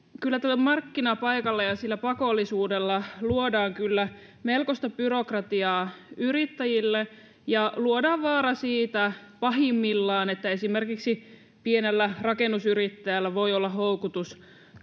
kyllä tällä markkinapaikalla ja sillä pakollisuudella luodaan melkoista byrokratiaa yrittäjille ja pahimmillaan luodaan vaara siitä että esimerkiksi pienellä rakennusyrittäjällä voi olla houkutus